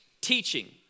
teaching